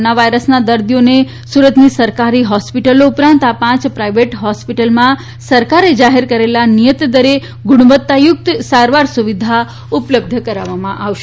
corona વાયરસના દર્દીઓને સુરતની સરકારી હોસ્પિટલો ઉપરાંત આ પાંચ પ્રાઇવેટ હોસ્પિટલમાં સરકારે જાહેર કરેલા નિયત દરે ગુણવત્તાયુક્ત સારવાર સુવિધા ઉપલબ્ધ કરાવવામાં આવી છે